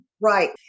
Right